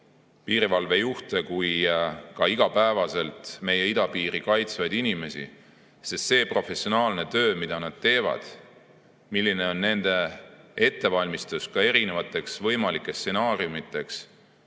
piirivalvejuhte kui ka iga päev meie idapiiri kaitsvaid inimesi, sest see professionaalne töö, mida nad teevad, milline on nende ettevalmistus võimalikeks stsenaariumideks